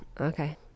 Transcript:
okay